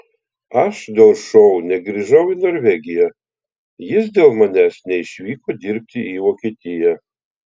aš dėl šou negrįžau į norvegiją jis dėl manęs neišvyko dirbti į vokietiją